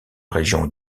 région